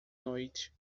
noite